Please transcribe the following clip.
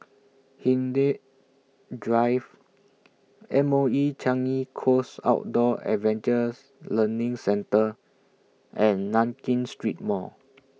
Hindhede Drive M O E Changi Coast Outdoor Adventure Learning Centre and Nankin Street Mall